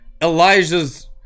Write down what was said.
Elijah's